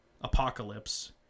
Apocalypse